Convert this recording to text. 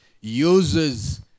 uses